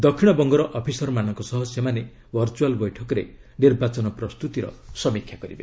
ଦକ୍ଷିଣ ବଙ୍ଗର ଅଫିସରମାନଙ୍କ ସହ ସେମାନେ ଭୁର୍ଚୁଆଲ ବୈଠକରେ ନିର୍ବାଚନ ପ୍ରସ୍ତୁତିର ସମୀକ୍ଷା କରିବେ